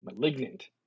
Malignant